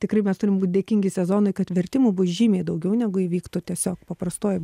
tikrai mes turim būt dėkingi sezonui kad vertimų bus žymiai daugiau negu įvyktų tiesiog paprastoj